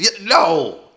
No